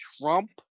Trump